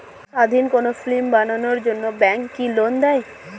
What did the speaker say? স্বাধীন কোনো ফিল্ম বানানোর জন্য ব্যাঙ্ক কি লোন দেয়?